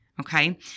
Okay